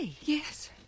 Yes